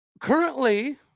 currently